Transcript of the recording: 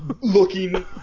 looking